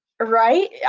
Right